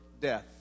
death